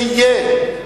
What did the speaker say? תהיה,